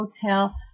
hotel